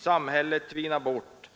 Samhället tvinar bort,